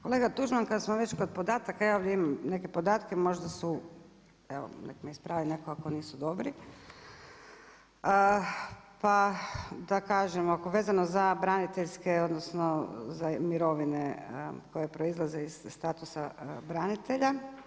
Kolega Tuđman kada smo već kod podataka ja ovdje imam neke podatke, možda su evo neka me ispravi neko ako nisu dobri, pa da kažem vezano za braniteljske mirovine koje proizlaze iz statusa branitelja.